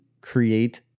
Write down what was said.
create